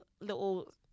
little